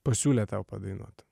pasiūlė tau padainuot